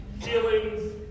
feelings